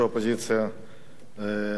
למה אנחנו יושבים פה היום?